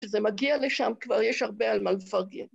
כשזה מגיע לשם כבר יש הרבה על מה לפרגן.